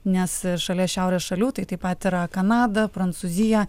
nes šalia šiaurės šalių tai taip pat yra kanada prancūzija